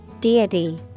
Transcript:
Deity